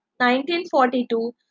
1942